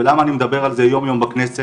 ולמה אני מדבר על זה יום יום בכנסת,